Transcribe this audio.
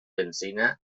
benzina